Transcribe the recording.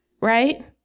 right